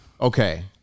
Okay